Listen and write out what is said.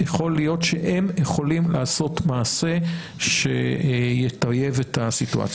יכול להיות שהם יכולים לעשות מעשה שיטייב את הסיטואציה.